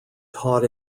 taught